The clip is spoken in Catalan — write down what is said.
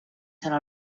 serà